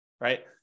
right